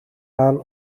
aan